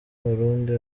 abarundi